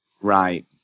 Right